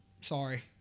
Sorry